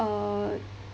uh